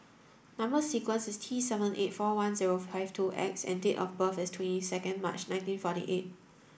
number sequence is T seven eight four one zero five two X and date of birth is twenty second March nineteen forty eight